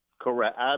Correct